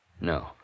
No